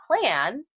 plan